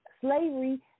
Slavery